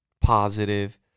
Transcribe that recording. positive